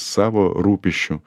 savo rūpesčių